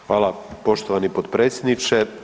Hvala poštovani potpredsjedniče.